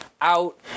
out